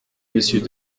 monsieur